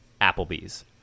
Applebee's